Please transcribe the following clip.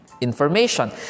information